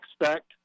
expect